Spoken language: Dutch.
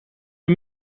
een